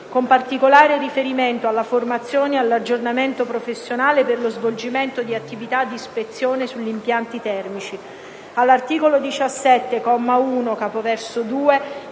con particolare riferimento alla formazione e all'aggiornamento professionale per lo svolgimento di attività di ispezione sugli impianti termici; - all'articolo 17, comma 1, capoverso 2,